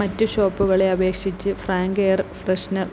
മറ്റ് ഷോപ്പുകളെ അപേക്ഷിച്ച് ഫ്രാങ്ക് എയർ ഫ്രെഷ്നർ